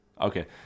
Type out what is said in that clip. Okay